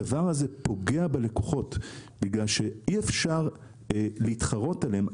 הדבר הזה פוגע בלקוחות בגלל שאי אפשר להתחרות עליהם,